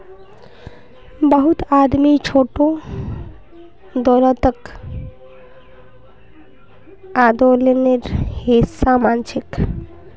बहुत आदमी छोटो दौलतक आंदोलनेर हिसा मानछेक